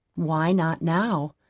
why not now?